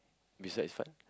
besides fun